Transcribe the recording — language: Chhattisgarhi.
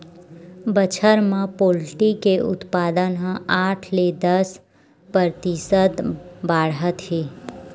बछर म पोल्टी के उत्पादन ह आठ ले दस परतिसत बाड़हत हे